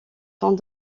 sont